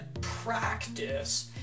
practice